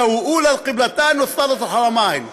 הוא אולא אל-קבלתין ות'אלת' אל-חרמין,